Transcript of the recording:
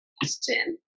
question